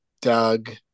Doug